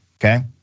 Okay